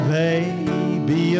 baby